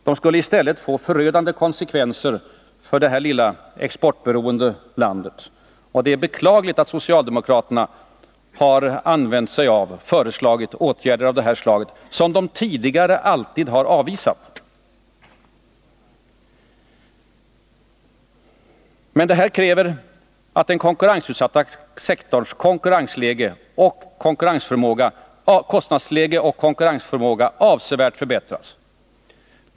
De skulle i stället få förödande konsekvenser för det här lilla exportberoende landet. Det är beklagligt att socialdemokraterna har föreslagit åtgärder av det här slaget, åtgärder som de tidigare alltid har avvisat. Men detta kräver att den konkurrensutsatta sektorns kostnadsläge och konkurrenskraft avsevärt förbättras.